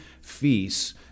feasts